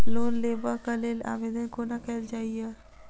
Loan लेबऽ कऽ लेल आवेदन कोना कैल जाइया?